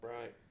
Right